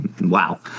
wow –